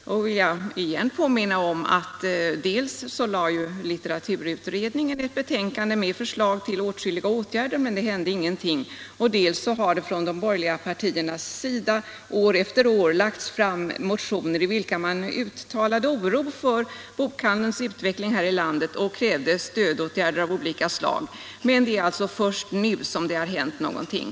Då vill jag åter påminna om att litteraturutredningen presenterade ett betänkande med förslag på åtskilliga åtgärder, men det hände ingenting. Och de borgerliga partierna väckte år efter år motioner, i vilka man uttalade oro för bokhandelns utveckling här i landet och krävde stödåtgärder av olika slag. Men det är först nu som det har hänt någonting.